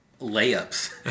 layups